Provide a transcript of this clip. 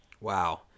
Wow